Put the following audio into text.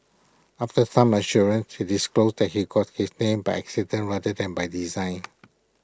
after some assurances he disclosed that he got his name by accident rather than by design